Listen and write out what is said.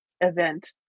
event